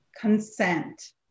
consent